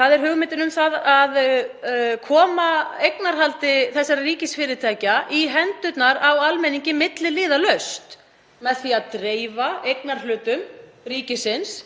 Það er hugmyndin um að koma eignarhaldi þessara ríkisfyrirtækja í hendurnar á almenningi milliliðalaust með því að dreifa eignarhlutum ríkisins